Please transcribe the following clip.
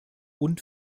und